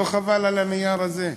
לא חבל על הנייר הזה?